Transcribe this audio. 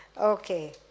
Okay